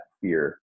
fear